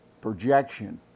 projection